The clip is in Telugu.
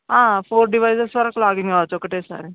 ఫోర్ డివైజెస్ వరకు లాగిన్ కావచ్చు ఒకటేసారి